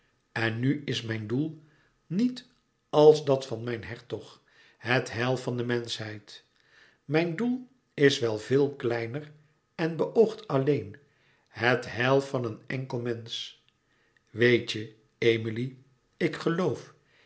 en nu is mijn doel niet als dat van mijn hertog het heil van de menschheid mijn doel is wel veel kleiner en het beöogt alleen het heil van een enkel mensch weet je emilie ik geloof